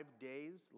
days